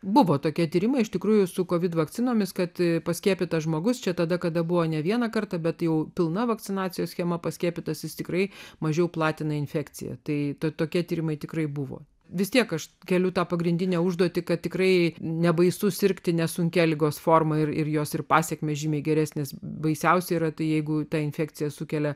buvo tokie tyrimai iš tikrųjų suko vidų vakcinomis kad paskiepytas žmogus čia tada kada buvo ne vieną kartą bet jau pilna vakcinacijos schema paskiepytasis tikrai mažiau platina infekciją tai tokie tyrimai tikrai buvo vis tiek aš keliu tą pagrindinę užduotį kad tikrai nebaisu sirgti nesunkia ligos forma ir ir jos ir pasekmės žymiai geresnės baisiausia yra tai jeigu ta infekcija sukelia